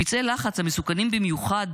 פצעי לחץ, המסוכנים במיוחד